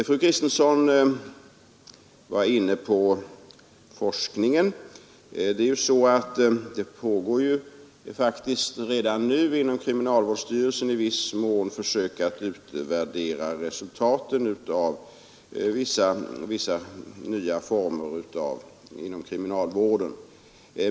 Fru Kristensson var inne på forskningen. Det pågår faktiskt redan nu inom kriminalvårdsstyrelsen försök att utvärdera resultaten av vissa nya former av kriminalvård.